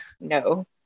No